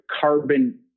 carbon